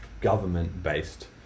government-based